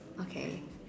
okay